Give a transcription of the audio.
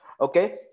Okay